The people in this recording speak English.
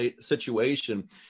situation